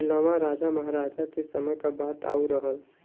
पहिलवा राजा महराजा के समय क बात आउर रहल